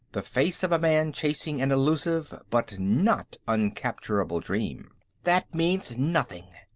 the face of a man chasing an illusive but not uncapturable dream. that means nothing.